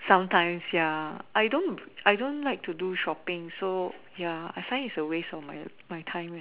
sometimes ya I don't I don't like to do shopping so ya I find is a waste of my my time